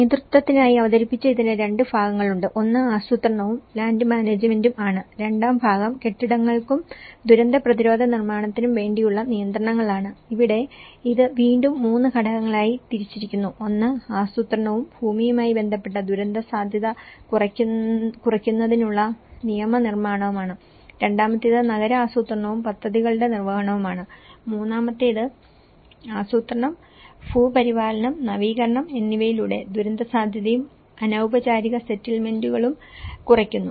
നേതൃത്വത്തിനായി അവതരിപ്പിച്ച ഇതിനു 2 ഭാഗങ്ങളുണ്ട് ഒന്ന് ആസൂത്രണവും ലാൻഡ് മാനേജ്മെന്റും ആണ് രണ്ടാം ഭാഗം കെട്ടിടങ്ങൾക്കും ദുരന്ത പ്രതിരോധ നിർമ്മാണത്തിനും വേണ്ടിയുള്ള നിയന്ത്രണങ്ങളാണ് ഇവിടെ ഇത് വീണ്ടും 3 ഘടകങ്ങളായി തിരിച്ചിരിക്കുന്നു ഒന്ന് ആസൂത്രണവും ഭൂമിയുമായി ബന്ധപ്പെട്ട ദുരന്തസാധ്യത കുറയ്ക്കുന്നതിനുള്ള നിയമനിർമ്മാണമാണ് രണ്ടാമത്തേത് നഗര ആസൂത്രണവും പദ്ധതികളുടെ നിർവഹണവുമാണ് മൂന്നാമത്തേത് ആസൂത്രണം ഭൂ പരിപാലനം നവീകരണം എന്നിവയിലൂടെ ദുരന്തസാധ്യതയും അനൌപചാരിക സെറ്റിൽമെന്റുകളും കുറയ്ക്കുന്നു